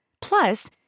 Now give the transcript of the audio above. Plus